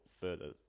further